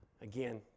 again